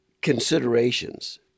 considerations